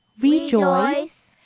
rejoice